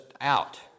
out